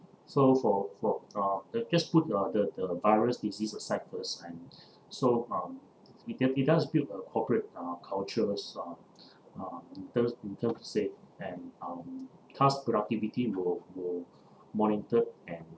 so for for uh the just put the the the virus disease aside first and so uh it d~ it does build a corporate uh cultures um um in terms in terms to say and um task productivity will will monitored and